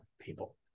people